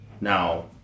Now